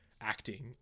acting